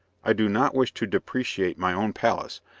i do not wish to depreciate my own palace,